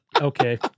Okay